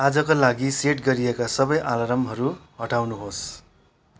आजका लागि सेट गरिएका सबै अलार्महरू हटाउनुहोस्